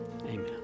amen